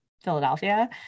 Philadelphia